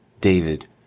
David